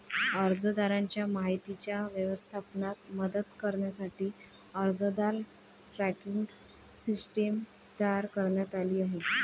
अर्जदाराच्या माहितीच्या व्यवस्थापनात मदत करण्यासाठी अर्जदार ट्रॅकिंग सिस्टीम तयार करण्यात आली आहे